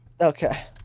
Okay